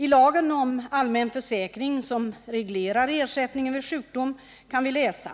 I lagen om allmän försäkring, som reglerar ersättningen vid sjukdom, kan vi läsa: